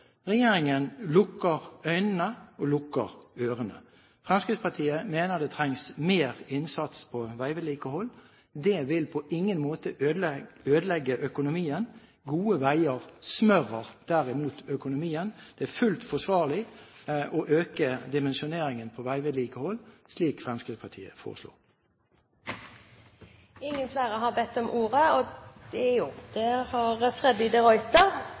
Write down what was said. Regjeringen lukker øynene og lukker ørene. Fremskrittspartiet mener det trengs mer innsats på veivedlikehold. Det vil på ingen måte ødelegge økonomien. Gode veier smører derimot økonomien. Det er fullt forsvarlig å øke dimensjoneringen på veivedlikehold, slik Fremskrittspartiet foreslo. Selv om det er transportkomiteen som har debatt, tror jeg det er